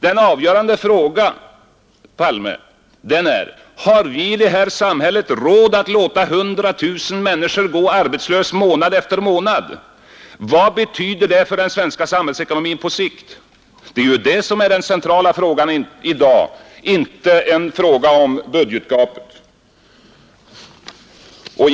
Den avgörande frågan, herr Palme, är: Har vi i det här samhället råd att låta 100 000 människor gå arbetslösa månad efter månad? Vad betyder det för den svenska samhällsekonomin på sikt? Det är ju detta som är det centrala i dag, inte en fråga om budgetgapet.